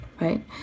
right